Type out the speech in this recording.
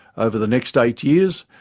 over the next eight years,